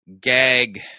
gag